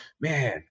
man